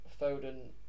Foden